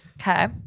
Okay